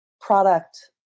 product